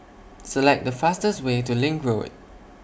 Select The fastest Way to LINK Road